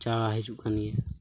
ᱪᱟᱞᱟᱣ ᱦᱤᱡᱩᱜ ᱠᱟᱱᱜᱮᱭᱟ